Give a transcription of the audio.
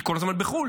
היא כל הזמן בחו"ל.